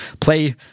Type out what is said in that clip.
play